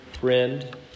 friend